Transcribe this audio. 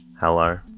Hello